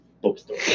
Bookstore